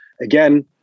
again